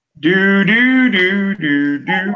Do-do-do-do-do